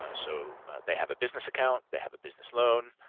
ah so they have a business account, they have a business loan.